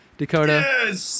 Dakota